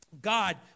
God